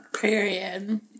period